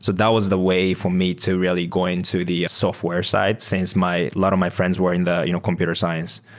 so that was the way for me to really go into the software side since a lot of my friends were in the you know computer science.